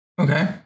okay